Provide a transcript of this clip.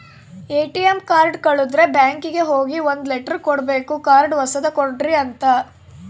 ATM card ಕಳುದ್ರೆ ಬ್ಯಾಂಕಿಗೆ ಹೋಗಿ ಒಂದ್ ಲೆಟರ್ ಕೊಡ್ಬೇಕು ಕಾರ್ಡ್ ಹೊಸದ ಕೊಡ್ರಿ ಅಂತ